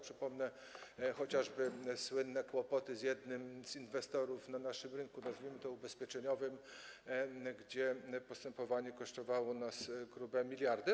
Przypomnę chociażby słynne kłopoty z jednym z inwestorów na naszym rynku, nazwijmy to, ubezpieczeniowym, gdzie postępowanie kosztowało nas grube miliardy.